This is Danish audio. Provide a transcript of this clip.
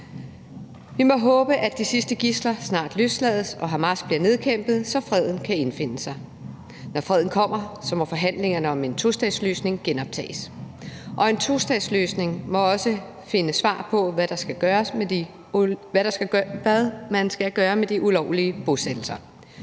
Vi må håbe, at de sidste gidsler snart løslades, og at Hamas bliver nedkæmpet, så freden kan indfinde sig. Når freden kommer, må forhandlingerne om en tostatsløsning genoptages. En tostatsløsning må også finde svar på, hvad man skal gøre med de ulovlige bosættelser.